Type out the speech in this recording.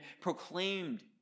proclaimed